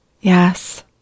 Yes